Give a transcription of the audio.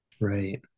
Right